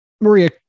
Maria